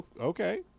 okay